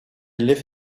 live